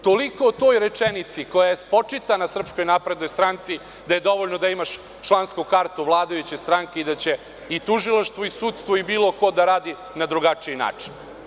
Toliko o toj rečenici koja je spočitana Srpskoj naprednoj stranci, da je dovoljno da imaš člansku kartu vladajuće stranke i da će i tužilaštvo i sudstvo i bilo ko da radi na drugačiji način.